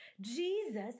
Jesus